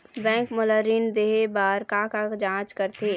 Bank मोला ऋण देहे बार का का जांच करथे?